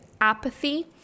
apathy